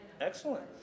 Excellent